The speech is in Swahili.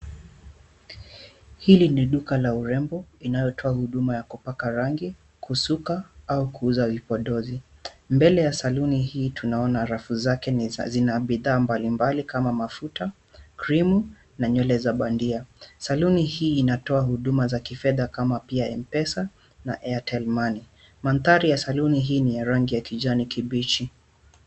Hili ni duka la urembo, inayotoa huduma ya kupaka rangi, kusuka, au kuuza vipodozi. Mbele ya saluni hii tunaona rafu zake zina bidhaa mbalimbali kama mafuta, krimu , na nywele za bandia. Saluni hii inatoa huduma za kifedha kama pia M-Pesa na Airtel money. Mandhari ya saluni hii ni ya rangi ya kijani kibichi.